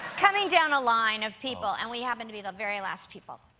coming down a line of people and we happened to be the very last people.